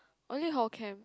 only hall camp